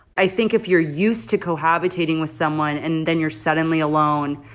i think if you're used to cohabiting with someone and then you're suddenly alone,